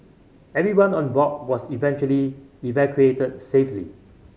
everyone on board was eventually evacuated safely